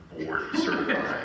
board-certified